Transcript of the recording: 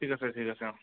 ঠিক আছে ঠিক আছে অঁ